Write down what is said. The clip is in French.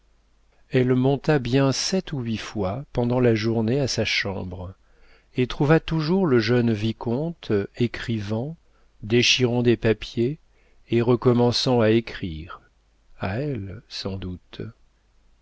elle monta bien sept ou huit fois pendant la journée à sa chambre et trouva toujours le jeune vicomte écrivant déchirant des papiers et recommençant à écrire à elle sans doute